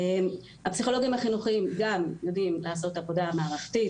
הפסיכולוגיים החינוכיים גם יודעים לעשות עבודה מערכתית,